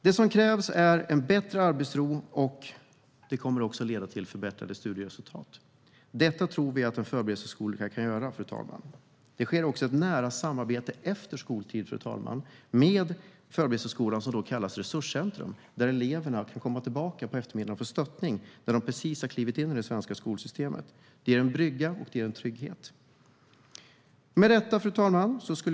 Det som krävs är en bättre arbetsro, och det kommer att leda till förbättrade studieresultat. Vi tror att en förberedelseskola kan göra det. Det sker också ett nära samarbete efter skoltid då förberedelseskolan kallas resurscentrum. De elever som precis har kommit in i det svenska skolsystemet får komma tillbaka till skolan på eftermiddagen för att få stöd. Det ger en brygga och en trygghet. Fru talman!